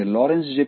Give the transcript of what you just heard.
અને લોરેન્સ જે